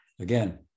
Again